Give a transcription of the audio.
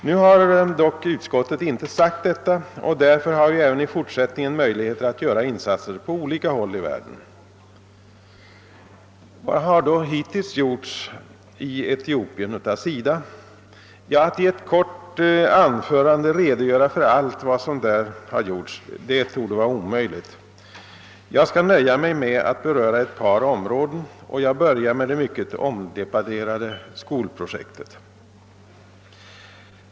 Nu har dock utskottet inte sagt detta, och därför har vi även i fortsättningen möjligheter att göra insatser på olika håll i världen. Vad har då hittills gjorts i Etiopien av SIDA? Att i ett kort anförande redogöra för allt vad som där har gjorts torde vara omöjligt. Jag skall nöja mig med att beröra ett par områden och jag börjar med det mycket omdebatterade skolprojektet.